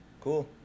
Cool